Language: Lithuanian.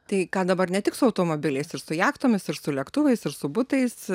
tai ką dabar ne tik su automobiliais ir su jachtomis ir su lėktuvais ir su butais